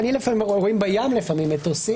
רואים בים לפעמים מטוסים.